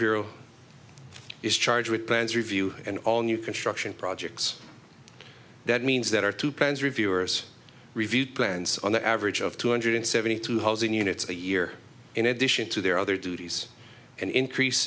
bureau is charged with plans review and all new construction projects that means that our two plans reviewers reviewed plans on the average of two hundred seventy two housing units a year in addition to their other duties an increase